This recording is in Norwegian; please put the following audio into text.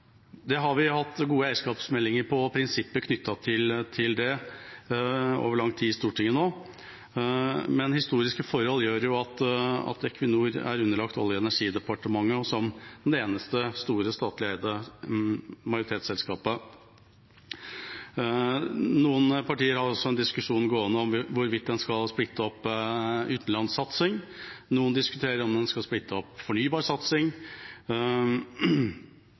har hatt gode eierskapsmeldinger om prinsippet knyttet til det over lang tid i Stortinget, men historiske forhold gjør at Equinor er underlagt Olje- og energidepartementet som det eneste store, statlig eide majoritetsselskapet. Noen partier har også en diskusjon gående om hvorvidt en skal splitte opp utenlandssatsingen. Noen diskuterer om en skal splitte opp